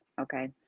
okay